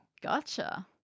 Gotcha